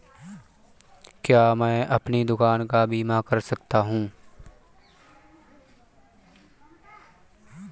क्या मैं अपनी दुकान का बीमा कर सकता हूँ?